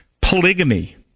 Polygamy